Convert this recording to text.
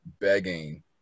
Begging